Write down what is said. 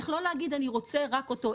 איך לא להגיד אני רוצה רק אותו,